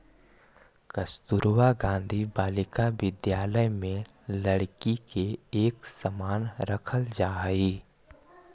कस्तूरबा गांधी बालिका विद्यालय में लड़की के एक समान रखल जा हइ